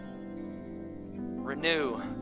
Renew